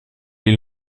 est